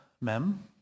Mem